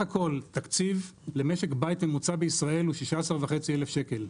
הכול תקציב למשק בית ממוצע בישראל הוא 16.5 אלף ₪,